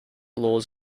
laws